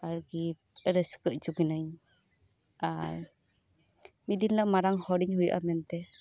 ᱟᱨᱠᱤ ᱨᱟᱹᱥᱠᱟᱹ ᱚᱪᱚ ᱠᱤᱱᱟᱹᱧ ᱟᱨ ᱢᱤᱫ ᱫᱤᱱ ᱦᱤᱞᱳᱜ ᱢᱟᱨᱟᱝ ᱦᱚᱲᱤᱧ ᱦᱳᱭᱳᱜᱼᱟ ᱢᱮᱱᱛᱮ